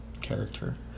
character